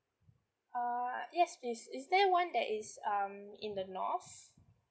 uh yes please is there one that is um in the north